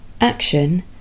action